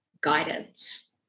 guidance